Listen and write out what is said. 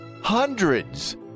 hundreds